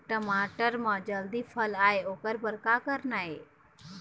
टमाटर म जल्दी फल आय ओकर बर का करना ये?